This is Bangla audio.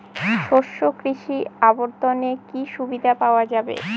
শস্য কৃষি অবর্তনে কি সুবিধা পাওয়া যাবে?